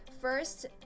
first